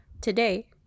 today